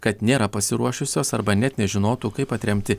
kad nėra pasiruošusios arba net nežinotų kaip atremti